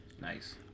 Nice